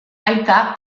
aita